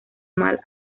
mal